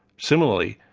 similarly,